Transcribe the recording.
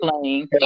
playing